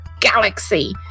galaxy